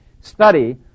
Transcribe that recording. study